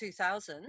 2000